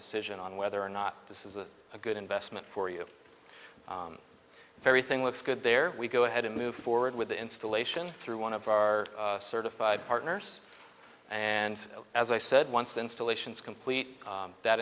decision on whether or not this is a good investment for you very thing looks good there we go ahead and move forward with the installation through one of our certified partners and as i said once installations complete that